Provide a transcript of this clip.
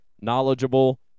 knowledgeable